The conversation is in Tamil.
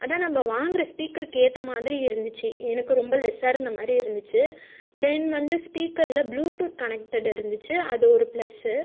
அதான் நம்ம வாங்குற ஸ்பீக்கருக்கு ஏற்ற மாதிரி இருந்துச்சு எனக்கு ரொம்ப லேஸ்சா இருந்தா மாதிரி இருந்துச்சு தென் வந்து ஸ்பீக்கரில் ப்ளூட்டூத் கனெக்டர்டு இருந்துச்சு அது ஒரு ப்ளஸ்சு